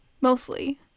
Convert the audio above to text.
mostly